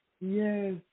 Yes